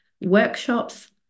workshops